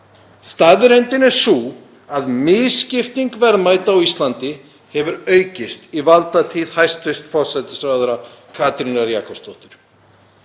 Staðreyndin er sú að misskipting verðmæta á Íslandi hefur aukist í valdatíð hæstv. forsætisráðherra, Katrínar Jakobsdóttur.